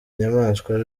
nyamwasa